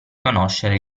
riconoscere